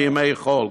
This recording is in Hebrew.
בימי חול.